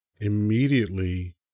immediately